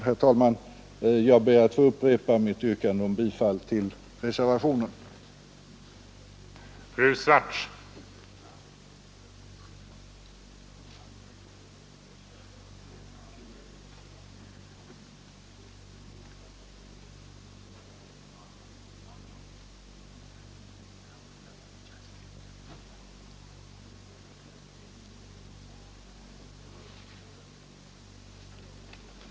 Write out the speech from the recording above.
Herr talman! Jag ber att få upprepa mitt yrkande om bifall till reservationen 1 i lagutskottets betänkande nr 21.